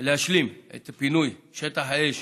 להשלים את פינוי שטח האש